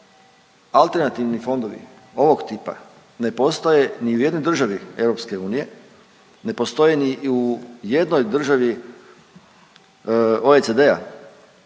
alternativni fondovi ovog tipa ne postoje ni u jednoj državi EU, ne postoje ni u jednoj državi OECD-a